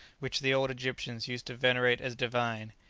which the old egyptians used to venerate as divine.